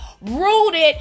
rooted